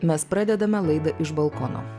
mes pradedame laidą iš balkono